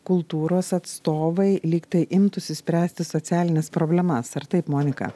kultūros atstovai lyg tai imtųsi spręsti socialines problemas ar taip monika